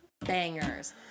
bangers